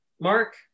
mark